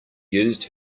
used